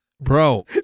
Bro